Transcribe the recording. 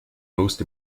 most